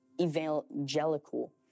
evangelical